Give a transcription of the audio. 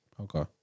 Okay